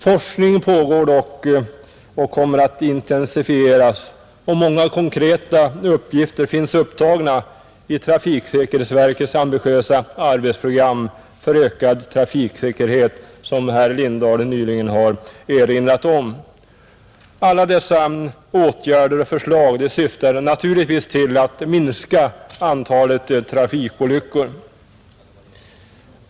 Forskning pågår dock och kommer att intensifieras och många konkreta uppgifter finns upptagna i trafiksäkerhetsverkets ambitiösa arbetsprogram för ökad trafiksäkerhet, som herr Lindahl nyss har erinrat om. Alla dessa åtgärder och förslag syftar naturligtvis till att minska antalet trafikolyckor.